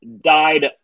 died